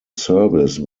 service